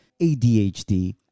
ADHD